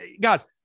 Guys